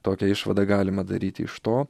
tokią išvadą galima daryti iš to